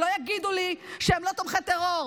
שלא יגידו לי שהם לא תומכי טרור.